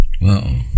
wow